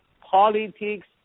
politics